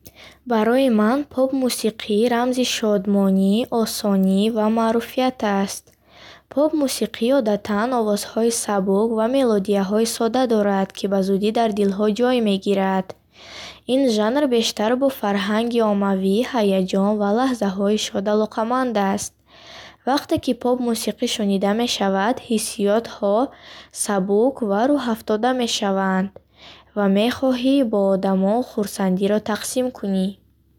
Барои ман поп-мусиқӣ рамзи шодмонӣ, осонӣ ва маъруфият аст. Поп мусиқӣ одатан овозҳои сабук ва мелодияҳои содда дорад, ки ба зудӣ дар дилҳо ҷой мегирад. Ин жанр бештар бо фарҳанги оммавӣ, ҳаяҷон ва лаҳзаҳои шод алоқаманд аст. Вақте ки поп-мусиқӣ шунида мешавад, ҳиссиётҳо сабук ва рӯҳафтода мешаванд, ва мехоҳӣ бо одамон хурсандиро тақсим кунӣ.